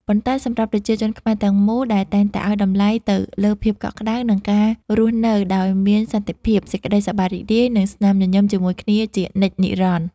ប៉ុន្តែសម្រាប់ប្រជាជាតិខ្មែរទាំងមូលដែលតែងតែឱ្យតម្លៃទៅលើភាពកក់ក្តៅ និងការរស់នៅដោយមានសន្តិភាព សេចក្តីសប្បាយរីករាយ និងស្នាមញញឹមជាមួយគ្នាជានិច្ចនិរន្តរ៍។